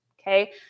Okay